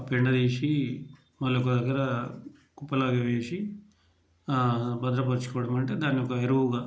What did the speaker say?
పెండ తీసి మళ్ళీ ఇంకోదగ్గర కుప్పలాగ వేసి భద్రపరుచుకోవడము అంటే దానికి ఒక ఎరువుగా